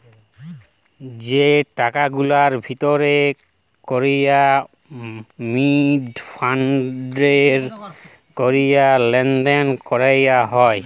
যে টাকাগুলার ভিতর ক্যরে মডিফায়েড ক্যরে লেলদেল ক্যরা হ্যয়